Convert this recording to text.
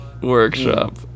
Workshop